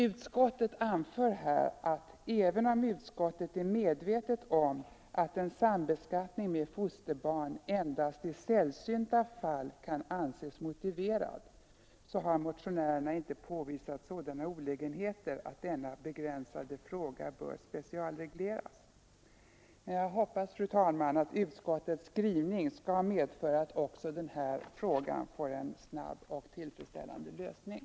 Utskottet anför att även om utskottet är medvetet om att en sambeskattning med fosterbarn endast i sällsynta fall kan anses motiverad, så har motionärerna inte påvisat sådana olägenheter att denna begränsade fråga bör specialregleras. Men jag hoppas, fru talman, att utskottets skrivning skall medföra att också den här frågan får en snabb och tillfredsställande lösning.